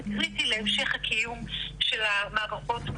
זה קריטי להמשך הקיום של המערכות.